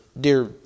dear